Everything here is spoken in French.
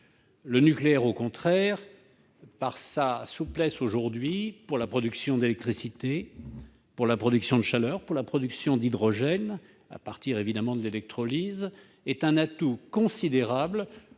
Au contraire, le nucléaire, par sa souplesse, est, pour la production d'électricité, pour la production de chaleur, pour la production d'hydrogène à partir de l'électrolyse, un atout considérable